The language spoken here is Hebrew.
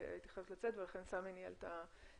הייתי חייבת לצאת ולכן סמי ניהל את הדיון,